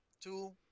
Two